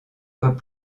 fois